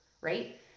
right